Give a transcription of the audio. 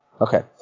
Okay